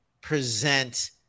present